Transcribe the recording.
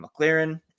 McLaren